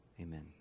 Amen